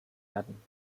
werden